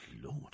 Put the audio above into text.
Lord